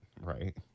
Right